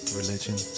religion